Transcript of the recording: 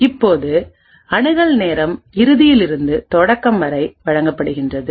இப்போது அணுகல் நேரம் இறுதியில் இருந்து தொடக்கம் வரை வழங்கப்படுகின்றது